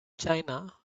china